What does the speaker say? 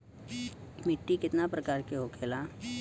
मिट्टी कितना प्रकार के होखेला?